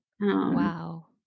wow